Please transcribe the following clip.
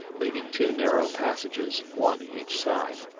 leaving two narrow passages, one each side.